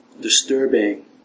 disturbing